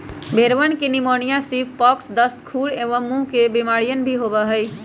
भेंड़वन के pneumonia, sheep pox, दस्त, खुर एवं मुँह के बेमारियन भी होबा हई